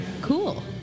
Cool